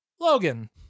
Logan